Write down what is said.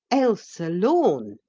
ailsa lorne!